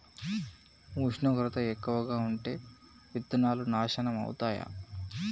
ఉష్ణోగ్రత ఎక్కువగా ఉంటే విత్తనాలు నాశనం ఐతయా?